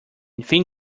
thin